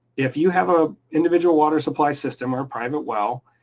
if you have a individual water supply system or private well,